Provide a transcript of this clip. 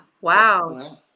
Wow